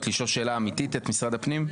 לשאול שאלה אמיתית את משרד הפנים?